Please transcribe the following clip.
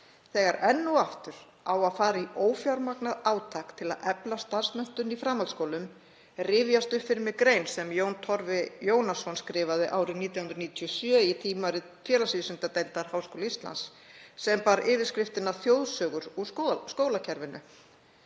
Þegar enn og aftur á að fara í ófjármagnað átak til að efla starfsmenntun í framhaldsskólum rifjast upp fyrir mér grein sem Jón Torfi Jónasson skrifaði árið 1997 í tímarit Félagsvísindadeildar Háskóla Íslands, sem ber yfirskriftina „Þjóðsögur úr skólakerfinu“.